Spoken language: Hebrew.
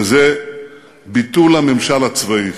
וזה ביטול הממשל הצבאי